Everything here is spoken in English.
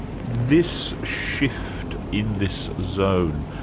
this shift in this zone,